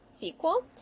sequel